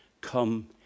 come